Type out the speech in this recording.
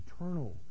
eternal